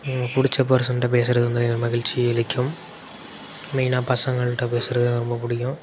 எனக்கு பிடிச்ச பர்சன்கிட்ட பேசுறது வந்து எனக்கு மகிழ்ச்சி அளிக்கும் மெய்னாக பசங்கள்கிட்ட பேசுவது ரொம்ப பிடிக்கும்